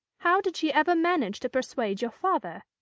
how did she ever manage to persuade your father?